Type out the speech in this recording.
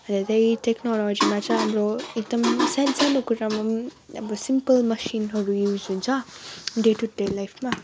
अन्त त्यही टेक्नोलोजीमा चाहिँ हाम्रो एकदम सानो सानो कुरामा पनि अब सिम्पल मसिनहरू युज हुन्छ डे टु डे लाइफमा